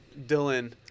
Dylan